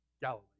Galilee